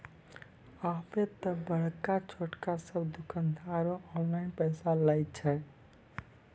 आबे त बड़का छोटका सब दुकानदारें ऑनलाइन पैसा लय छै